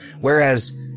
whereas